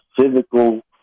physical